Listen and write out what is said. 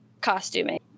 costuming